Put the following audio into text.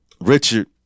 Richard